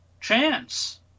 chance